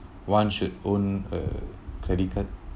one should own a credit card